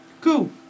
Cool